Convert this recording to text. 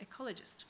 ecologist